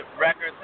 records